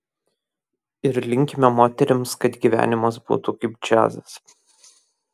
ir linkime moterims kad gyvenimas būtų kaip džiazas